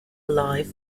alive